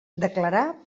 declarar